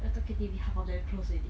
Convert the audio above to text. I thought K_T_V half of them close already